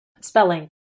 spelling